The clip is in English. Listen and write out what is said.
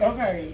Okay